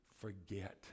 forget